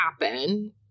happen